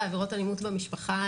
גם בעבירות אלימות במשפחה,